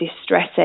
distressing